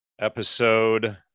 episode